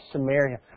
Samaria